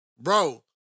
Bro